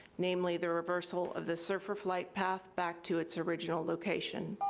namely the reversal of the serfr flight path back to its original location.